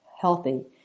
healthy